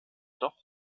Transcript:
doch